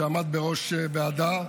שעמד בראש הוועדה,